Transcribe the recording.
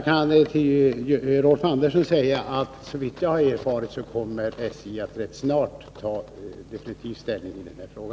Herr talman! Såvitt jag har erfarit kommer SJ rätt snart att ta definitiv ställning i denna fråga.